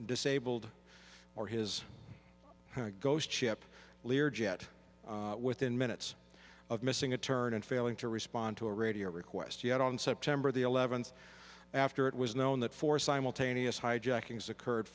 disabled or his ghost ship lear jet within minutes of missing a turn and failing to respond to a radio request yet on september the eleventh after it was known that four simultaneous hijackings occurred